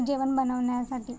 जेवण बनवण्यासाठी